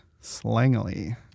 slangily